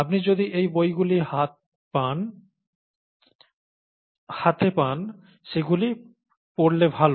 আপনি যদি এই বইগুলি হাতে পান সেগুলি পড়লে ভাল